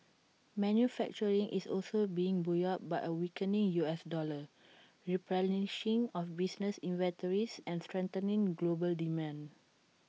manufacturing is also being buoyed by A weakening U S dollar replenishing of business inventories and strengthening global demand